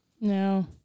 No